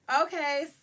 Okay